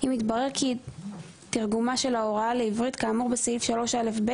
אם התברר כי תרגומה של ההוראה לעברית כאמור בסעיף 3א(ב),